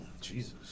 Jesus